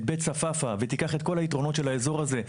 את בית צפאפא ותיקח את כל היתרונות של האזור הזה,